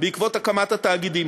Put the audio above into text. בעקבות הקמת התאגידים.